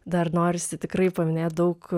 dar norisi tikrai paminėt daug